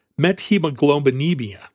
methemoglobinemia